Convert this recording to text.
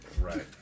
Right